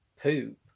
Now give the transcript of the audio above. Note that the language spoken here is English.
poop